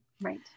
Right